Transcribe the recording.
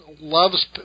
loves